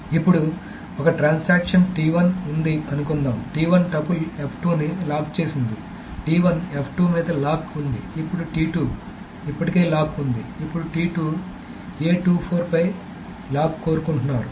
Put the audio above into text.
ఇప్పుడు ఒక ట్రాన్సాక్షన్ ఉంది అనుకుందాం టపుల్ ని లాక్ చేసింది మీద లాక్ ఉంది ఇప్పుడు ఇప్పటికే లాక్ ఉంది ఇప్పుడు పై లాక్ కోరుకుంటున్నారు